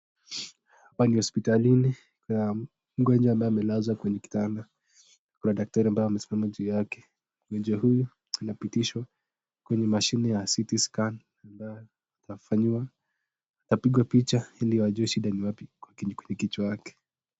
Hapa ni hospitalini mgonjwa ya ambaye amelazwa kwenye kitanda, kuna daktari ambaye amesimama juu yake, Mgonjwa huyu anapitishwa kwenye mashini ya ct scan ambaye amefanyiwa apigwe picha ili ajue shida ni wapi wenye kichwa yake.